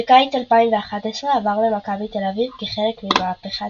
בקיץ 2011 עבר למכבי תל אביב כחלק מ"מהפכת